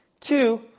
Two